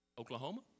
Oklahoma